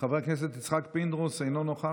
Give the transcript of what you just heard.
חבר הכנסת יצחק פינדרוס, אינו נוכח,